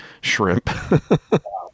shrimp